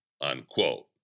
unquote